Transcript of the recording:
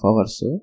Hours